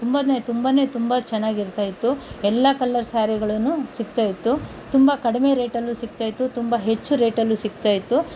ತುಂಬನೆ ತುಂಬನೆ ತುಂಬ ಚೆನ್ನಗಿ ಇರ್ತಾಯಿತ್ತು ಎಲ್ಲ ಕಲರ್ ಸ್ಯಾರಿಗಳೂ ಸಿಗ್ತಾಯಿತ್ತು ತುಂಬ ಕಡಿಮೆ ರೇಟಲ್ಲೂ ಸಿಗ್ತಾಯಿತ್ತು ತುಂಬ ಹೆಚ್ಚು ರೇಟಲ್ಲೂ ಸಿಗ್ತಾಯಿತ್ತು